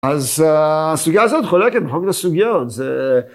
אז הסוגיה הזאת, חולקת בכל מיני סוגיות, זה...